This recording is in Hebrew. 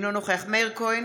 אינו נוכח מאיר כהן,